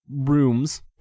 rooms